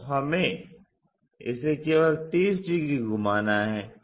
तो हमें इसे केवल 30 डिग्री घुमाना है